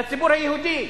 לציבור היהודי,